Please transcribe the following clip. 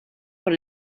por